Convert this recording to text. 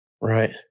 Right